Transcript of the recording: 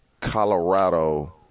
Colorado